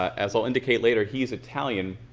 as i'll indicate later, he's italian